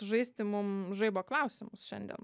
žaisti mum žaibo klausimus šiandien